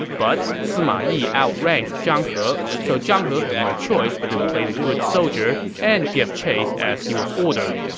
but sima yi outranked zhang he, so zhang he had no choice but to play the good soldier and give chase as he was ordered.